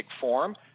form